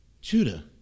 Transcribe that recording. Judah